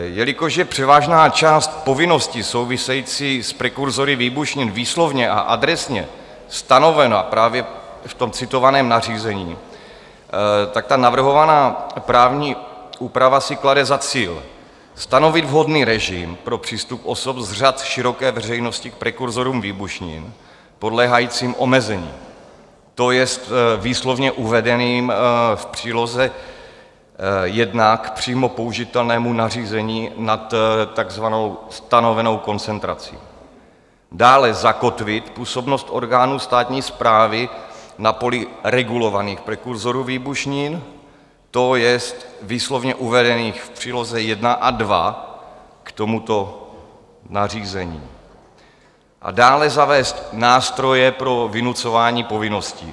Jelikož je převážná část povinností souvisejících s prekurzory výbušnin výslovně a adresně stanovena právě v citovaném nařízení, navrhovaná právní úprava si klade za cíl stanovit vhodný režim pro přístup osob z řad široké veřejnosti k prekurzorům výbušnin podléhajícím omezení, to jest výslovně uvedených v příloze 1 k přímo použitelnému nařízení nad takzvanou stanovenou koncentrací, dále zakotvit působnost orgánů státní správy na poli regulovaných prekurzorů výbušnin, to jest výslovně uvedených v příloze 1 a 2 k tomuto nařízení, a dále zavést nástroje pro vynucování povinností.